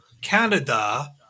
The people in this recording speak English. Canada